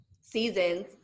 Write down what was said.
seasons